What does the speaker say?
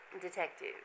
detective